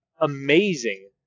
amazing